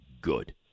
good